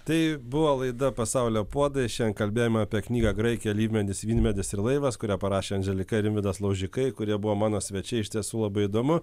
tai buvo laida pasaulio puodai šiandien kalbėjome apie knygą graikija alyvmedis vynmedis ir laivas kurią parašė andželika ir rimvydas laužikai kurie buvo mano svečiai iš tiesų labai įdomu